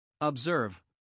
Observe